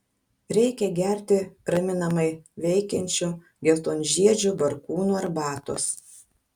reikia gerti raminamai veikiančių geltonžiedžių barkūnų arbatos